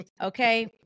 Okay